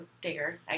Digger